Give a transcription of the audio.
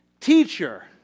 Teacher